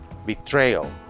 Betrayal